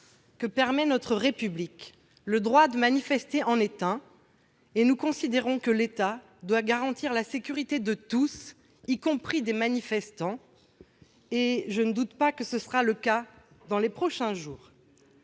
dans notre République -, manifester est un droit, et nous considérons que l'État doit garantir la sécurité de tous, y compris des manifestants. Je ne doute pas que tel sera le cas dans les prochains jours.